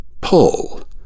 Pull